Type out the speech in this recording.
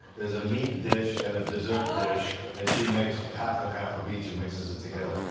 there's a meat dish and a dessert dish and she makes half and half of each and mixes it together.